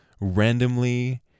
randomly